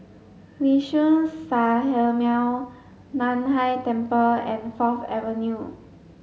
Liuxun Sanhemiao Nan Hai Temple and Fourth Avenue